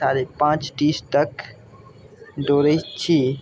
साढ़े पाँच तीस तक दौड़ै छी